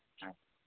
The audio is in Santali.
ᱦᱳᱭ